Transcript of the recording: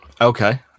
Okay